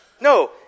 No